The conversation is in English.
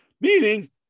Meaning